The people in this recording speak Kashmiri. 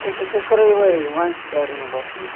أسۍ أسۍ حظ کَرو یِہَے وَن سِٹارٕے مےٚ باسان